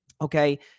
Okay